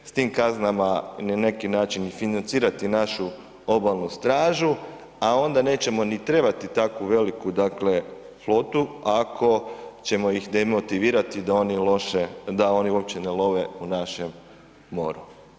S tim kaznama ne neki način financirati našu Obalnu stražu, a onda nećemo ni trebati tako veliku dakle flotu ako ćemo ih demotivirati da oni loše, da oni uopće ne love u našem moru.